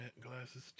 glasses